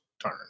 turn